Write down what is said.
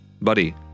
buddy